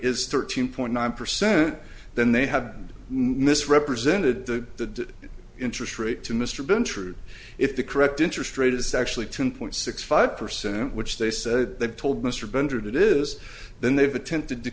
is thirteen point nine percent then they have misrepresented the interest rate to mr been true if the correct interest rate is actually two point six five percent which they said they told mr bender that is then they've attempted to